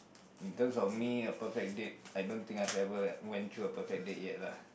in terms of me a perfect date I don't think I've ever went through a perfect date yet lah